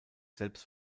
selbst